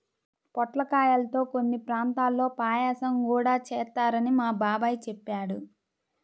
పొట్లకాయల్తో కొన్ని ప్రాంతాల్లో పాయసం గూడా చేత్తారని మా బాబాయ్ చెప్పాడు